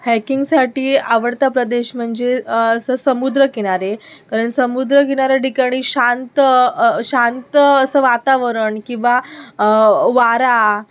हायकिंगसाठी आवडता प्रदेश म्हणजे स समुद्र किनारे कारण समुद्र किनाऱ्या ठिकाणी शांत शांत असं वातावरण किंवा वारा